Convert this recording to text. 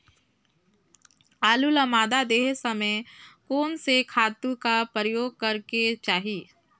आलू ल मादा देहे समय म कोन से खातु कर प्रयोग करेके चाही?